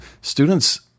students